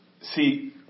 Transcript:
See